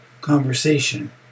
conversation